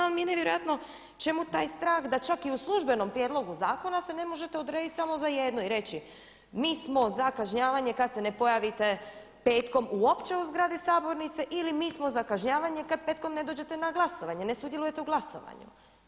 Ali mi je nevjerojatno čemu taj strah da čak i u službenom prijedlogu zakona se ne možete odrediti samo za jedno i reći mi smo za kažnjavanje kada se ne pojavite petkom uopće u zgradi sabornice ili mi smo za kažnjavanje kada petkom ne dođete na glasovanje, ne sudjelujete u glasovanju.